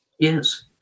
yes